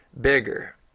bigger